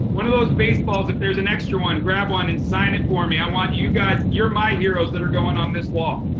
one of those baseballs, if there's an extra one, grab one and sign it for me. i want you guys. you're my heroes that are going on this wall.